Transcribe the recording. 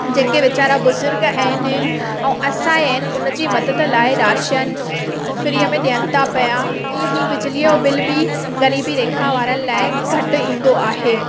जेके वेचारा बुज़ुर्ग आहिनि ऐं असहाय आहिनि उन जी मदद लाइ राशन फ़्रीअ में ॾियनि था पिया ईअं ई बिजली जो बिल बि ग़रीबी रेखा वारनि लाइ घटि ईंदो आहे